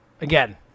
again